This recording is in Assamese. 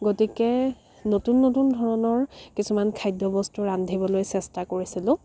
গতিকে নতুন নতুন ধৰণৰ কিছুমান খাদ্য বস্তু ৰান্ধিবলৈ চেষ্টা কৰিছিলোঁ